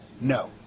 No